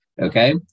okay